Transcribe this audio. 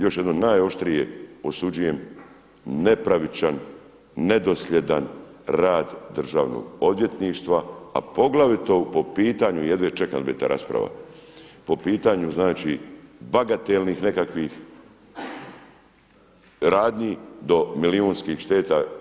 Još jednom najoštrije osuđujem nepravičan, nedoslijedan rad Državnog odvjetništva, a poglavito po pitanju … ta rasprava, po pitanju znači bagatelnih nekakvih radnji do milijunskih šteta.